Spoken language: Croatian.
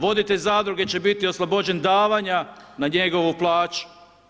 Voditelj zadruge će biti oslobođen davanja na njegovu plaću.